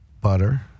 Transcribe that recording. Butter